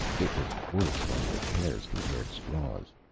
it was worse when the pairs compared straws.